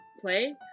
play